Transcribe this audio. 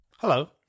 Hello